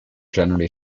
generally